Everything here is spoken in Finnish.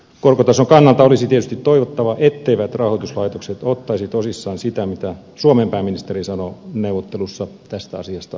korkotason kannalta olisi tietysti toivottava etteivät rahoituslaitokset ottaisi tosissaan sitä mitä suomen pääministeri sanoo neuvottelussa tästä asiasta sovitun